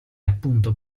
appunto